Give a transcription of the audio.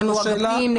יש לנו אגפים נקיים.